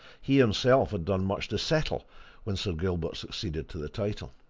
he himself had done much to settle when sir gilbert succeeded to the title.